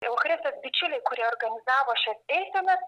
eucharistijos bičiuliai kurie organizavo šias eisenas